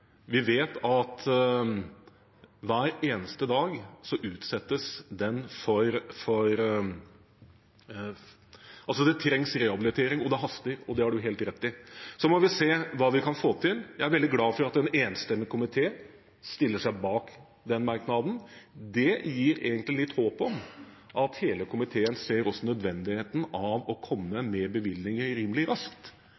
Vi vet at den hver eneste dag er utsatt. Det trengs rehabilitering, og det haster – det har representanten helt rett i. Så må vi se hva man kan få til. Jeg er veldig glad for at en enstemmig komité stiller seg bak den merknaden. Det gir håp om at hele komiteen ser nødvendigheten av å